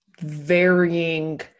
varying